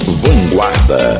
Vanguarda